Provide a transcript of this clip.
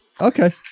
Okay